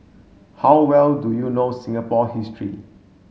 how well do you know Singapore history